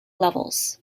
levels